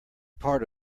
part